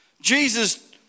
Jesus